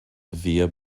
via